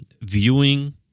viewing